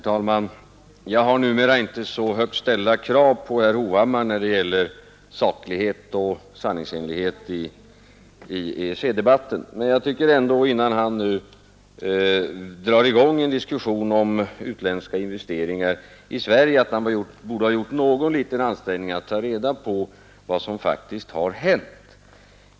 Herr talman! Jag har numera inte så högt ställda krav på herr Hovhammars saklighet och sanningsenlighet i EEC-debatten. Men innan han drar i gång en diskussion om utländska investeringar i Sverige tycker jag ändå att han borde ha gjort någon liten ansträngning att ta reda på vad som faktiskt har hänt.